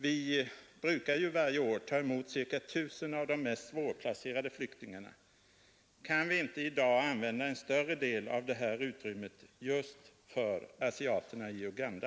Vi brukar ju varje år ta emot ca 1 000 av de mest svårplacerade flyktingarna. Kan vi inte i dag använda en större del av det här utrymmet just för asiaterna i Uganda?